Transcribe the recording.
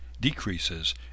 decreases